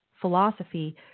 philosophy